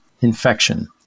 infection